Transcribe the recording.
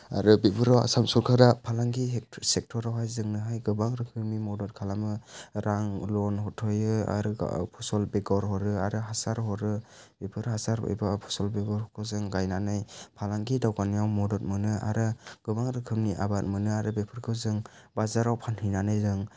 आरो बेफोराव आसाम सरकारा फालांगि सेक्टरावहाय जोंनोहाय गोबां रोखोमनि मदद खालामो रां लन हरथ'यो आरो गाव फसल बेगर हरो आरो हासार हरो बेफोर हासार एबा फसल बेगरफोरखौ जों गायनानै फालांगि दावगानायाव मदद मोनो आरो गोबां रोखोमनि आबाद मोनो आरो बेफोरखौ जों बाजाराव फानहैनानै जों